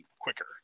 quicker